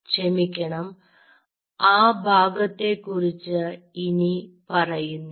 ക്ഷമിക്കണം ആ ഭാഗത്തെക്കുറിച്ച് ഇനി പറയുന്നില്ല